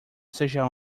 seja